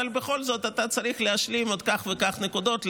אבל בכל זאת אתה צריך להשלים עוד כך וכך נקודות.